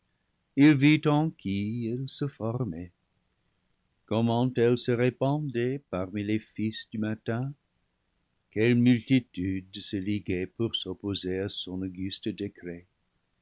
qui elle se for mait comment elle se répandait parmi les fils du matin quelles multitudes se liguaient pour s'opposer à son auguste décret